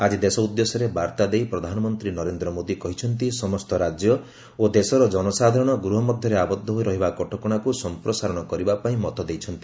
ଆଜି ଦେଶ ଉଦ୍ଦେଶ୍ୟରେ ବାର୍ତ୍ତା ଦେଇ ପ୍ରଧାନମନ୍ତ୍ରୀ ନରେନ୍ଦ୍ର ମୋଦୀ କହିଛନ୍ତି ସମସ୍ତ ରାଜ୍ୟ ଓ ଦେଶର ଜନସାଧାରଣ ଗୃହ ମଧ୍ୟରେ ଆବଦ୍ଧ ହୋଇ ରହିବା କଟକଣାକୁ ସଂପ୍ରସାରଣ କରିବା ପାଇଁ ମତ ଦେଇଛନ୍ତି